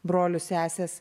brolius seses